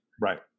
Right